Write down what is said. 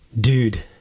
dude